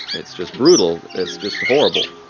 it's just brutal. it's just horrible.